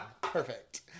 Perfect